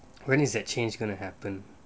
when is that change going to happen